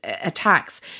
attacks